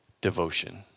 devotion